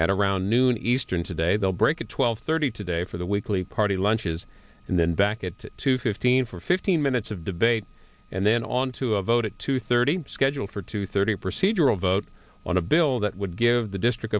at around noon eastern today they'll break at twelve thirty today for the weekly party lunches and then back at two fifteen for fifteen minutes of debate and then on to a vote at two thirty scheduled for two thirty procedural vote on a bill that would give the district